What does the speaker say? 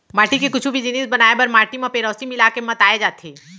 माटी के कुछु भी जिनिस बनाए बर माटी म पेरौंसी मिला के मताए जाथे